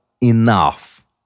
enough